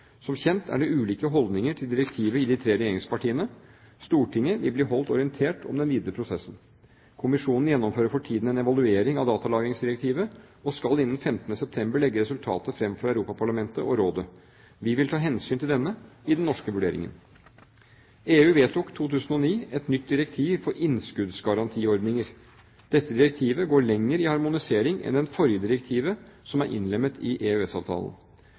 Som kjent er det ulike holdninger til direktivet i de tre regjeringspartiene. Stortinget vil bli holdt orientert om den videre prosessen. Kommisjonen gjennomfører for tiden en evaluering av datalagringsdirektivet og skal innen 15. september legge resultatet fram for Europaparlamentet og rådet. Vi vil ta hensyn til denne i den norske vurderingen. EU vedtok i 2009 et nytt direktiv for innskuddsgarantiordninger. Dette direktivet går lenger i harmonisering enn det forrige direktivet, som er innlemmet i